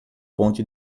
ponte